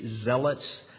zealots